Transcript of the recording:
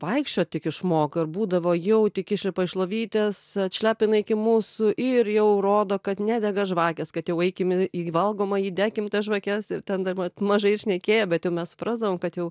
vaikščiot tik išmoko ir būdavo jau tik išlipa iš lovytės atšlepina iki mūsų ir jau rodo kad nedega žvakės kad jau eikim į į valgomąjį dekim tas žvakes ir ten dar mat mažai ir šnekėjo bet jau mes suprasdavom kad jau